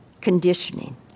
conditioning